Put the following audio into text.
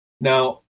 Now